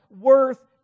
worth